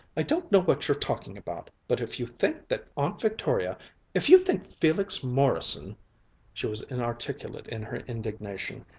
i don't know what you're talking about but if you think that aunt victoria if you think felix morrison she was inarticulate in her indignation.